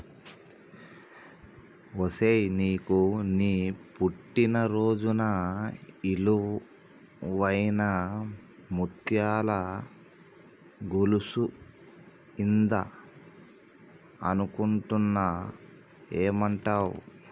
ఒసేయ్ నీకు నీ పుట్టిన రోజున ఇలువైన ముత్యాల గొలుసు ఇద్దం అనుకుంటున్న ఏమంటావ్